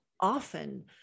often